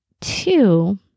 two